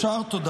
אפשר?